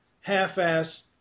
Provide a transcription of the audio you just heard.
half-assed